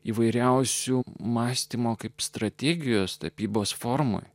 įvairiausių mąstymo kaip strategijos tapybos formoje